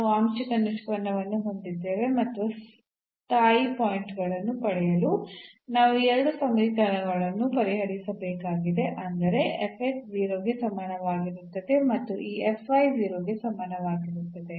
ನಾವು ಆಂಶಿಕ ನಿಷ್ಪನ್ನವನ್ನು ಹೊಂದಿದ್ದೇವೆ ಮತ್ತು ಸ್ಥಾಯಿ ಪಾಯಿಂಟ್ ಗಳನ್ನು ಪಡೆಯಲು ನಾವು ಈ 2 ಸಮೀಕರಣಗಳನ್ನು ಪರಿಹರಿಸಬೇಕಾಗಿದೆ ಅಂದರೆ 0 ಗೆ ಸಮಾನವಾಗಿರುತ್ತದೆ ಮತ್ತು ಈ 0 ಗೆ ಸಮಾನವಾಗಿರುತ್ತದೆ